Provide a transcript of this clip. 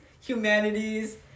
humanities